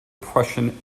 prussian